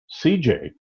CJ